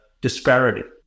disparity